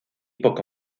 poco